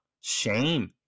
shame